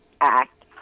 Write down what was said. Act